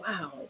wow